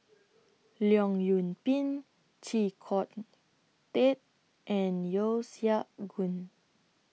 Leong Yoon Pin Chee Kong Tet and Yeo Siak Goon